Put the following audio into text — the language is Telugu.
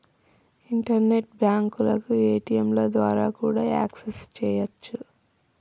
ఇంటర్నెట్ బ్యాంకులను ఏ.టీ.యంల ద్వారా కూడా యాక్సెస్ చెయ్యొచ్చు